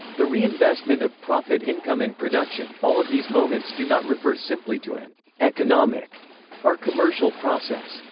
the reinvestment of profit income in production all of these moments do not refer simply to an economic or commercial process.